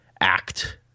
act